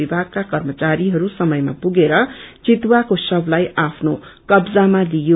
विभागका कर्मचारीहरू समयमा पुगेर चितुवाको शक्ताई आफ्नो कब्जामा लाइयो